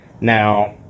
Now